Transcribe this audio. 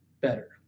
better